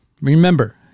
Remember